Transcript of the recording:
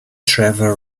trevor